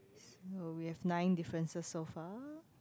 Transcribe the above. so we have nine differences so far